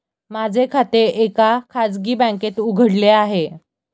माझे खाते एका खाजगी बँकेत उघडले आहे